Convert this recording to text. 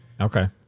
Okay